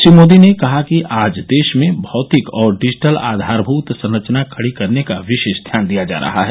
श्री मोदी ने कहा कि आज देश में भौतिक और डिजिटल आधारभृत संरचना खड़ी करने का विशेष ध्यान दिया जा रहा है